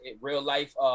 real-life